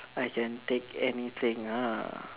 I can take anything ah